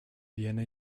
viena